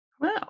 Wow